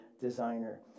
designer